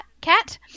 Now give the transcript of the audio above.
cat